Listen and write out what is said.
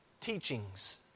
teachings